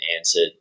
answered